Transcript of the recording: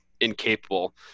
incapable